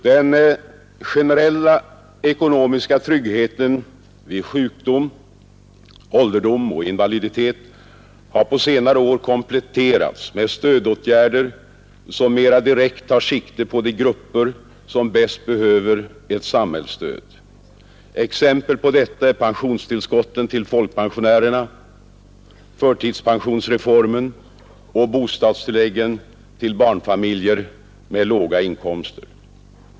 Den generella ekonomiska tryggheten vid sjukdom, ålderdom och invaliditet har på senare år kompletteras med stödåtgärder som mera direkt tar sikte på de grupper som bäst behöver ett samhällsstöd. Exempel på detta är pensionstillskotten till folkpensionärerna, förtidspensionsreformen och bostadstilläggen till barnfamiljer med låga inkomster.